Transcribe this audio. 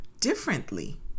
differently